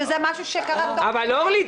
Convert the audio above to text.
שזה משהו שקרה תוך --- אבל אורלי,